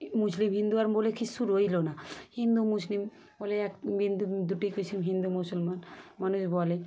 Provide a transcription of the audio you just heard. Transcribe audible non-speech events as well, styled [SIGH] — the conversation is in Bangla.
মুসলিম হিন্দু আর বলে কিচ্ছু রইল না হিন্দু মুসলিম বলে এক বিন্দু দুটোই [UNINTELLIGIBLE] হিন্দু মুসলমান মানুষ বলে